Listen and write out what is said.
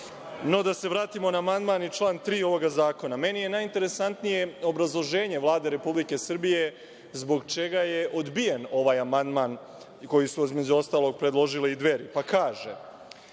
da se vratimo na amandman i član 3. ovog zakona. Meni je najinteresantnije obrazloženje Vlade Republike Srbije zbog čega je odbijen ovaj amandman, koji su između ostalog predložile i Dveri. Kaže